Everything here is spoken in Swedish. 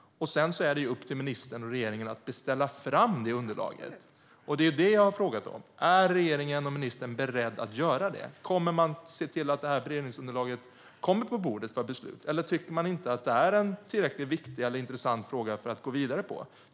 Sedan är det upp till ministern och regeringen att beställa fram detta underlag. Det är detta som jag har frågat om. Är regeringen och ministern beredda att göra det? Kommer man att se till att detta beredningsunderlag kommer på bordet för beslut, eller tycker man inte att det är en tillräckligt viktig eller intressant fråga för att gå vidare med?